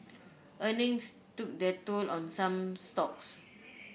earnings took their toll on some stocks